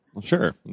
Sure